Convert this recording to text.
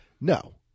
No